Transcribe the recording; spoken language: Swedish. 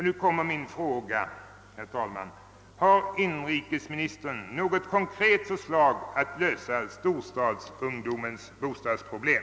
Nu kommer min fråga, herr talman: Har inrikesministern något konkret förslag när det gäller att lösa storstadsungdomens bostadsproblem?